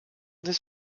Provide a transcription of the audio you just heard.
this